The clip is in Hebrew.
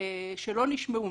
שלא נשמעו.